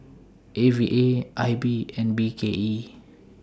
A V A I B and B K E